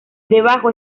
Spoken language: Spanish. debajo